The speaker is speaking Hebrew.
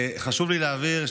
חשוב לי להבהיר,